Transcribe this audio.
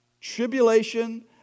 Tribulation